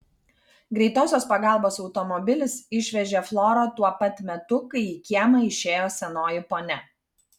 greitosios pagalbos automobilis išvežė florą tuo pat metu kai į kiemą išėjo senoji ponia